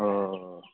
oh